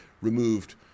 removed